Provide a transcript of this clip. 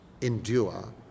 endure